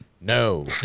no